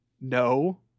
no